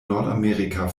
nordamerika